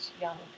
young